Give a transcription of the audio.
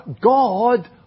god